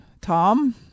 Tom